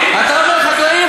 אתה אומר: חקלאים,